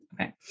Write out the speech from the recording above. Okay